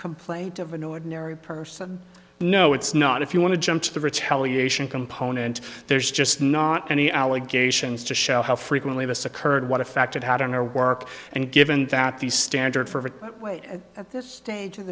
complaint of an ordinary person no it's not if you want to jump to the retaliation component there's just not any allegations to show how frequently this occurred what effect it had on your work and given that the standard for a way at this stage of